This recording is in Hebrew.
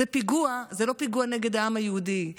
זה לא פיגוע נגד העם היהודי,